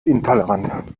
intolerant